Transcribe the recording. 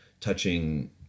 touching